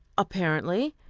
apparently,